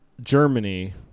Germany